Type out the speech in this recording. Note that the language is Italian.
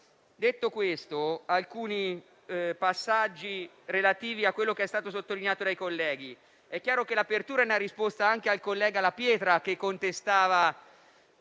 Detto questo, aggiungo alcuni passaggi relativi a quanto sottolineato dai colleghi. È chiaro che l'apertura è una risposta anche al collega La Pietra, che contestava